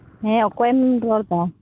ᱦᱮᱸ ᱚᱠᱚᱭᱮᱢ ᱨᱚᱲ ᱮᱫᱟ